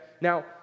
now